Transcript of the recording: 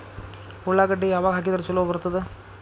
ಉಳ್ಳಾಗಡ್ಡಿ ಯಾವಾಗ ಹಾಕಿದ್ರ ಛಲೋ ಬರ್ತದ?